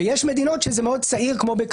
ויש מדינות כמו בקנדה,